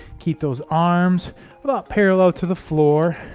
keep those arms about parallel to the floor